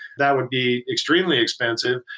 that would be extremely expensive.